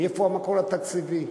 איפה המקור התקציבי?